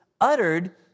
uttered